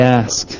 ask